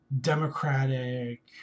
Democratic